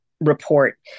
Report